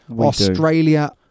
Australia